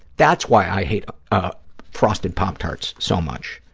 that's why i hate ah frosted pop tarts so much.